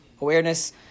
Awareness